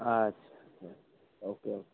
আচ্ছা ওকে ওকে